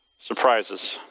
Surprises